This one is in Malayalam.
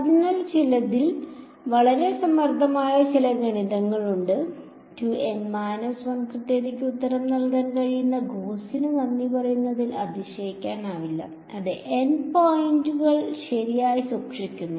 അതിനാൽ ചിലതിൽ വളരെ സമർത്ഥമായ ചില ഗണിതങ്ങളുണ്ട് 2 N 1 കൃത്യതയ്ക്ക് ഉത്തരം നൽകാൻ കഴിയുന്ന ഗോസിന് നന്ദി പറയുന്നതിൽ അതിശയിക്കാനില്ല അതേ N പോയിന്റുകൾ ശരിയായി സൂക്ഷിക്കുന്നു